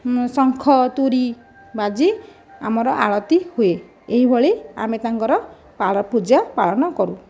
ଶଙ୍ଖ ତୁରୀ ବାଜି ଆମର ଆଳତି ହୁଏ ଏହିଭଳି ଆମେ ତାଙ୍କର ପୂଜା ପାଳନ କରୁ